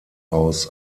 aus